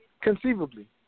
conceivably